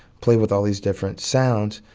play with all these different sounds,